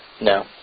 no